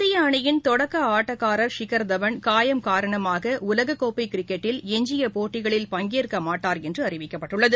இந்திய அணியின் தொடக்க ஆட்டக்காரர் ஷிகர் தவான் காயம் காரணமாக உலகக் கிரிக்கெட்டில் எஞ்சிய போட்டிகளில் பங்கேற்க மாட்டார் கோப்பை என்று அறிவிக்கப்பட்டுள்ளது